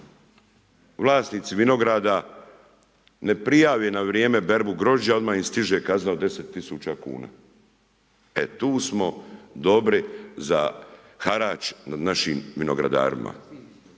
vlasnici vinograda, ne prijave na vrijeme berbu grožđa odmah im stiže kazna od 10 000 kuna, e tu smo dobri za harač nad našim vinogradarima.